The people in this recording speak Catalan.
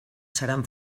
seran